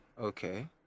Okay